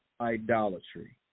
idolatry